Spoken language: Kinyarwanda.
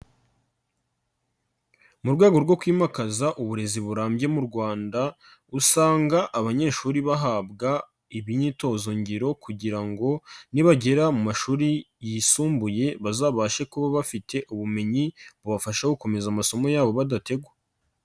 Mu rwego rwo kwimakaza uburezi burambye mu Rwanda, usanga abanyeshuri bahabwa imyitozo ngiro kugira ngo nibagera mu mashuri yisumbuye bazabashe kuba bafite ubumenyi, bubafasha gukomeza amasomo yabo badategwa.